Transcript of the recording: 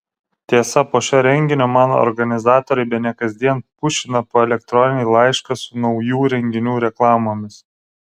tiesa po šio renginio man organizatoriai bene kasdien pušina po elektroninį laišką su naujų renginių reklamomis